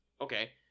Okay